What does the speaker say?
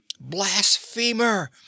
Blasphemer